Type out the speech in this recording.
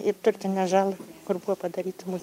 ir turtinę žalą kur buvo padaryti mum